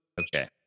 okay